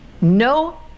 no